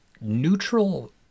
neutral